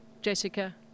Jessica